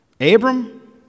Abram